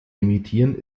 emittieren